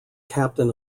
captain